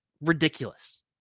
ridiculous